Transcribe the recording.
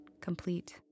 complete